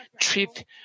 treat